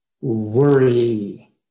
worry